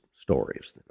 stories